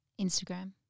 instagram